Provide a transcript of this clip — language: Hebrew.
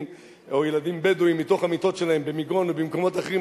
או ילדים בדואים מתוך המיטות שלהם במגרון או במקומות אחרים,